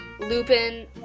Lupin